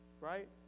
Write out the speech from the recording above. right